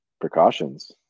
precautions